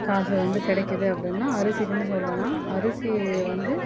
காசு வந்து கிடைக்குது அப்படின்னா அரிசிக்குன்னு சொல்லலாம் அரிசியை வந்து